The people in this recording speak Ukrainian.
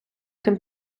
тим